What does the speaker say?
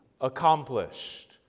accomplished